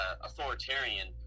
authoritarian